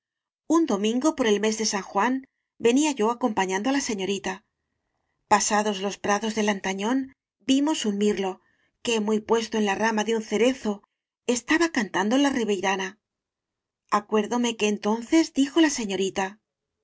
un domingo por el mes de san juan venía yo acompañando á la seño rita pasados los prados de lantañón vimos un mirlo que muy puesto en la rama de un cerezo estaba cantando la riveirana acuérdome que entonces dijo la señorita